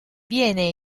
viene